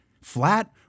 flat